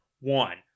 One